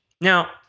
Now